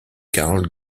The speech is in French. carl